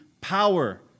power